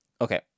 Okay